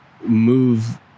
move